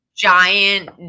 Giant